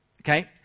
Okay